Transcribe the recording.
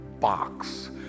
Box